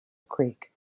creek